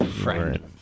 Friend